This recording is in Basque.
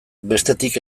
bestetik